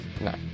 No